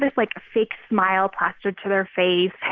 like, fake smile plastered to their face.